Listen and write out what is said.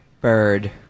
bird